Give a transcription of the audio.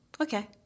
Okay